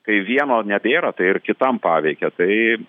kai vieno nebėra tai ir kitam paveikia tai